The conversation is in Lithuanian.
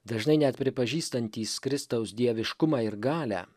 dažnai net pripažįstantys kristaus dieviškumą ir galią